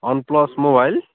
OnePlus mobile